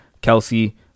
Kelsey